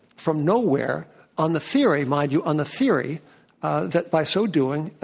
from nowhere on the theory, mind you, on the theory that by so doing,